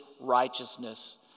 righteousness